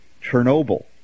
Chernobyl